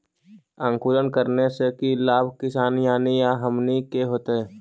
अंकुरण करने से की लाभ किसान यानी हमनि के होतय?